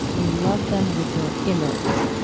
you love them with your innards,